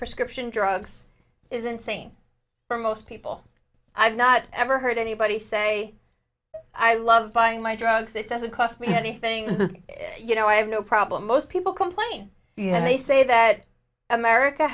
prescription drugs isn't saying for most people i've not ever heard anybody say i love buying my drugs it doesn't cost me anything you know i have no problem most people complain and they say that america